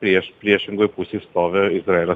prieš priešingoj pusėj stovi izraelio